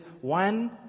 one